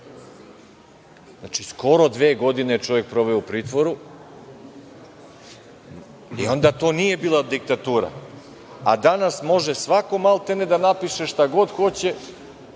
Znači, skoro dve godine je čovek proveo u pritvoru i onda to nije bila diktatura, a danas može svako maltene da napiše šta god hoće,